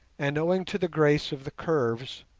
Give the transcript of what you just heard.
and, owing to the grace of the curves,